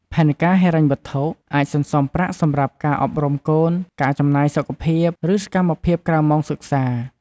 ផែនការហិរញ្ញវត្ថុ អាចសន្សំប្រាក់សម្រាប់ការអប់រំកូន ការចំណាយសុខភាព ឬសកម្មភាពក្រៅម៉ោងសិក្សា។